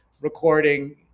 recording